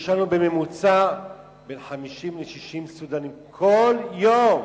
יש לנו בממוצע בין 50 ל-60 סודנים כל יום.